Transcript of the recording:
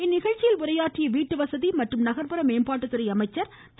இந்நிகழ்ச்சியில் உரையாற்றிய வீட்டுவசதி மற்றும் நகர்ப்புற மேம்பாட்டுத்துறை அமைச்சர் திரு